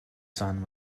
son